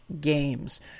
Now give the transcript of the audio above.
games